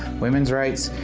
women rights,